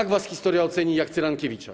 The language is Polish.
Tak was historia oceni jak Cyrankiewicza.